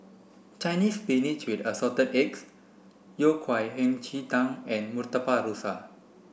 Chinese spinach with assorted eggs Yao Cai Hei Ji Tang and Murtabak Rusa